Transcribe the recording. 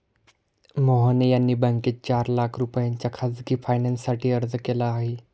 मोहन यांनी बँकेत चार लाख रुपयांच्या खासगी फायनान्ससाठी अर्ज केला आहे